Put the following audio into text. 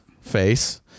face